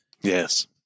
Yes